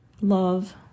love